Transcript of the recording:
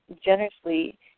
generously